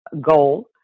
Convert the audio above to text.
goal